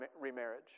remarriage